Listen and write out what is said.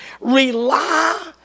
rely